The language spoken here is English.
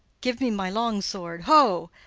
give me my long sword, ho!